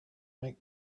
make